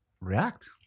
React